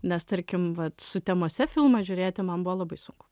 nes tarkim vat sutemose filmą žiūrėti man buvo labai sunku